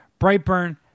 Brightburn